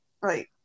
Right